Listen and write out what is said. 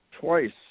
twice